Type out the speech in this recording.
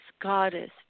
goddess